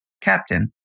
captain